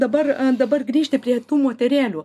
dabar dabar grįžti prie tų moterėlių